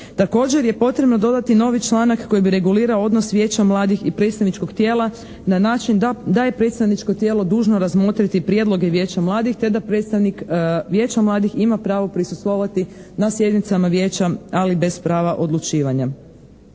Također je potrebno dodati novi članak koji bi regulirao odnos Vijeća mladih i predstavničkog tijela na način da je predstavničko tijelo dužno razmotriti prijedloge Vijeća mladih te da predstavnik Vijeća mladih ima pravo prisustvovati na sjednicama Vijeća ali bez prava odlučivanja.